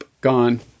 gone